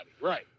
right